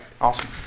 Awesome